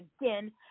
again